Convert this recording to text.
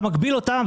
אתה מגביל אותם,